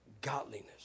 godliness